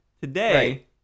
today